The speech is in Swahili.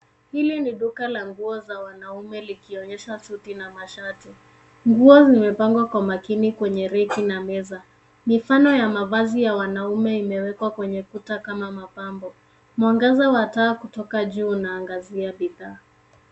Hili ni duka languo za wanaume likionyesha suti na mashati. Nguo zimepangwa kwa makini kwenye reki na meza. Mifano ya mavazi ya wanaume imewekwa kwenye ukuta kama mapambo. Mwangaza wa taa kutoka juu unaangazia bidhaa.